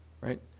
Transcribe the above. right